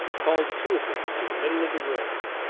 called two of them into the middle of the room.